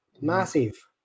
Massive